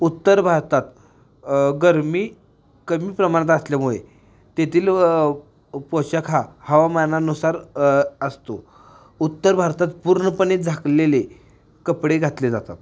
उत्तर भारतात गरमी कमी प्रमाणात असल्यामुळे तेथील पोशाख हा हवामानानुसार असतो उत्तर भारतात पूर्णपणे झाकलेले कपडे घातले जातात